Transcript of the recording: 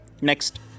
next